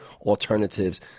alternatives